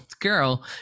girl